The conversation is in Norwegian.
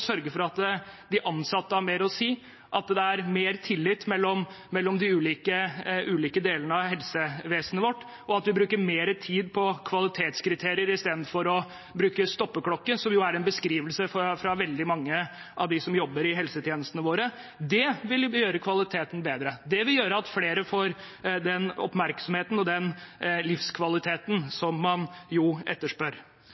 for at de ansatte har mer å si, at det er mer tillit mellom de ulike delene av helsevesenet vårt, og ved at vi bruker mer tid på kvalitetskriterier istedenfor å bruke stoppeklokke, som jo er en beskrivelse fra veldig mange av dem som jobber i helsetjenestene våre. Det vil gjøre kvaliteten bedre. Det vil gjøre at flere får den oppmerksomheten og den livskvaliteten